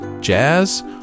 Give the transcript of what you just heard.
jazz